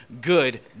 good